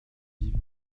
vive